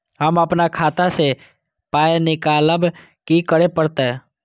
हम आपन खाता स पाय निकालब की करे परतै?